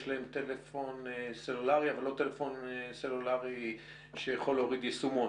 להם טלפון סלולרי אבל לא כזה שאפשר להוריד בו יישומון.